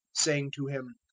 saying to him,